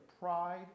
pride